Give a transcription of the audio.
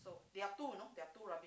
there are two you know there are two rubble